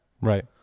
Right